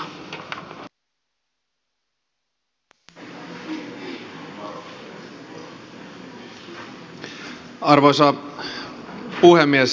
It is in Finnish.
arvoisa puhemies